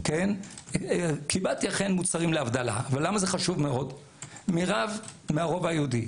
אכן קיבלתי מוצרים להבדלה מהרובע היהודי.